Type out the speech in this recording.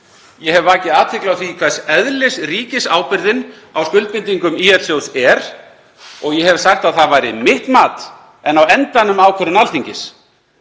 Ég hef vakið athygli á því hvers eðlis ríkisábyrgðin á skuldbindingum ÍL-sjóðs er og ég hef sagt að það sé mitt mat en á endanum ákvörðun Alþingis